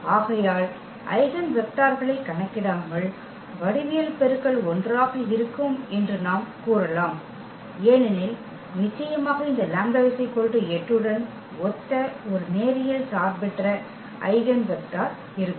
ஆகையால் ஐகென் வெக்டர்களைக் கணக்கிடாமல் வடிவியல் பெருக்கல் 1 ஆக இருக்கும் என்று நாம் கூறலாம் ஏனெனில் நிச்சயமாக இந்த λ 8 உடன் ஒத்த ஒரு நேரியல் சார்பற்ற ஐகென் வெக்டர் இருக்கும்